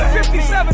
57